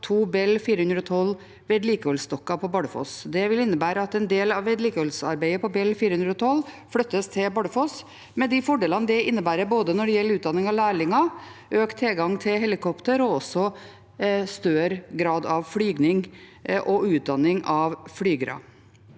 to Bell 412-vedlikeholdsdokker på Bardufoss. Det vil innebære at en del av vedlikeholdsarbeidet på Bell 412 flyttes til Bardufoss, med de fordelene det innebærer når det gjelder både utdanning av lærlinger, økt tilgang til helikopter og også større grad av flyging og utdanning av flygere.